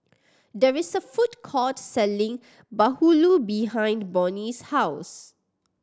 there is a food court selling bahulu behind Bonny's house